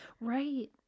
Right